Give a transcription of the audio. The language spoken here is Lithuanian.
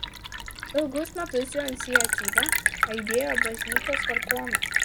ilgus metus jo iniciatyva aidėjo bažnyčios vargonai